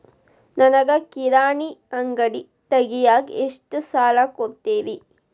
ನನಗ ಕಿರಾಣಿ ಅಂಗಡಿ ತಗಿಯಾಕ್ ಎಷ್ಟ ಸಾಲ ಕೊಡ್ತೇರಿ?